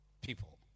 People